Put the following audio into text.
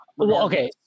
Okay